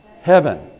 heaven